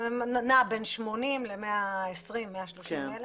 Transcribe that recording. זה נע בין 80,000 ל-120,000, 130,000